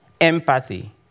empathy